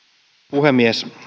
puhemies